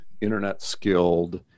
internet-skilled